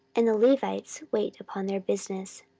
and the levites wait upon their business